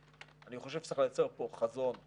אני חושב שצריך לייצר פה חזון רחב,